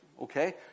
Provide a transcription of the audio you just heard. Okay